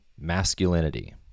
masculinity